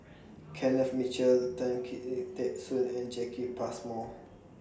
Kenneth Mitchell Tan Teck Soon and Jacki Passmore